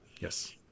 Yes